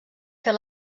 fer